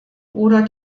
oder